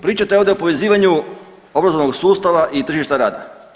Pričate ovdje o povezivanju obrazovnog sustava i tržišta rada.